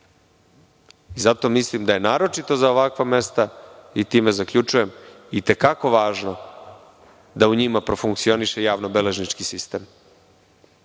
Zato mislim da je naročito za ovakva mesta, i time zaključujem, i te kako važno da u njima profunkcioniše javno-beležnički